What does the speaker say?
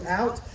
out